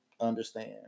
understand